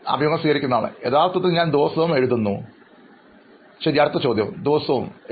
അഭിമുഖം സ്വീകരിക്കുന്നയാൾ യഥാർത്ഥത്തിൽ ഞാൻ ദിവസവും എഴുതാറുണ്ടായിരുന്നു അഭിമുഖം നടത്തുന്നയാൾ ദിവസവും ശരി